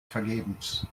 vergebens